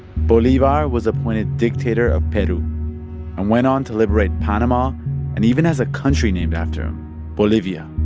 bolivar was appointed dictator of peru and went on to liberate panama and even as a country named after him bolivia